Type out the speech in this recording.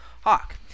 Hawk